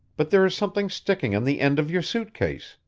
but there is something sticking on the end of your suit case,